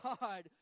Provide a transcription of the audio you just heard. God